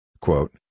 Quote